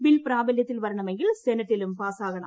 bill പ്രാബല്യത്തിൽ വരണമെങ്കിൽ സെനറ്റിലും പാസാകണം